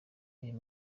uyu